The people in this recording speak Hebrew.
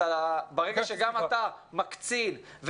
ברגע שגם אתה מקצין,